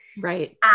Right